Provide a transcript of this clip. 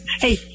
Hey